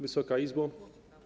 Wysoka Izbo!